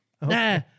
Nah